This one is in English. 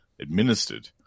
administered